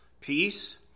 peace